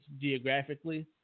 geographically